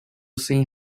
sem